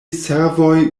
servoj